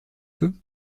feux